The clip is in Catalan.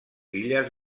illes